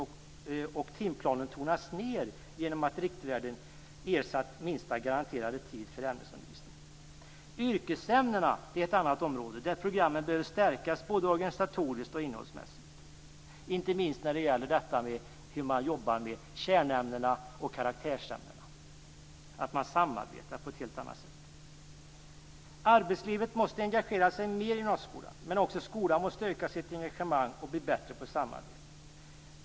Dessutom tonas timplanen ned genom att riktvärden ersatt minsta garanterade tid för ämnesundervisning. Yrkesämnena är ett annat område där programmen behöver stärkas både organisatoriskt och innehållsmässigt, inte minst när det gäller hur man jobbar med kärn och karaktärsämnena. Där måste man samarbeta på ett helt annat sätt. Arbetslivet måste engagera sig mer i gymnasieskolan, men också skolan måste öka sitt engagemang och bli bättre på samarbete.